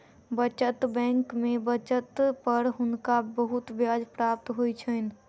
बचत बैंक में बचत पर हुनका बहुत ब्याज प्राप्त होइ छैन